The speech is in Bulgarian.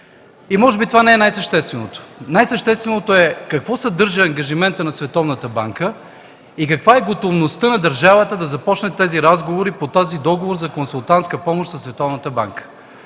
Може би това не е най-същественото. Най-същественото е: какво съдържа ангажиментът на Световната банка и каква е готовността на държавата да започне разговорите по този договор за консултантска помощ със